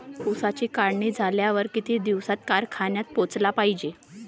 ऊसाची काढणी झाल्यावर किती दिवसात कारखान्यात पोहोचला पायजे?